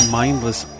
mindless